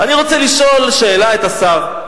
אני רוצה לשאול שאלה את השר: